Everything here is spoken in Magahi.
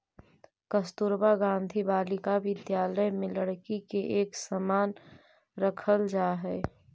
कस्तूरबा गांधी बालिका विद्यालय में लड़की के एक समान रखल जा हइ